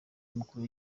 umukuru